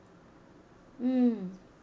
mm